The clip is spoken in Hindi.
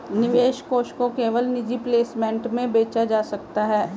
निवेश कोष को केवल निजी प्लेसमेंट में बेचा जा सकता है